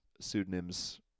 pseudonyms